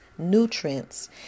Nutrients